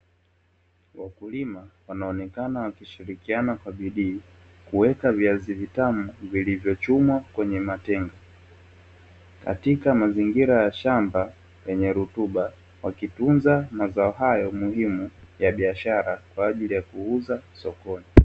Wakulima wanaonekana wakishirikiana kwa bidii, kuweka viazi vitamu vilivyochumwa na kuwekwa kwenye matenga, katika mazingira ya shamba lenye rutuba katika kutumia mazao hayo muhimu ya biashara kwa ajili ya kuuzwa sokoni.